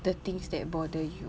the things that bother you